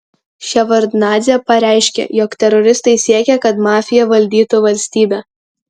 ševardnadzė pareiškė jog teroristai siekia kad mafija valdytų valstybę